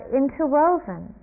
interwoven